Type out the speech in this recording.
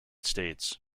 states